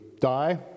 die